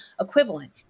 equivalent